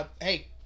Hey